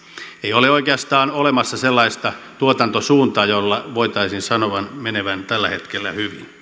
ei ole oikeastaan olemassa sellaista tuotantosuuntaa jolla voitaisiin sanoa menevän tällä hetkellä hyvin